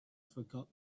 forgot